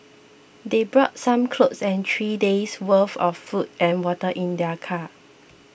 they brought some clothes and three days' worth of food and water in their car